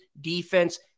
defense